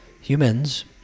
humans